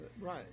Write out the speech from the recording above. right